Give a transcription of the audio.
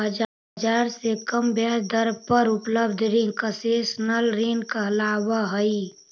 बाजार से कम ब्याज दर पर उपलब्ध रिंग कंसेशनल ऋण कहलावऽ हइ